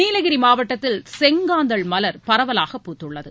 நீலகிரி மாவட்டத்தில் செங்காந்தள் மலர் பரவலாக பூத்துள்ளது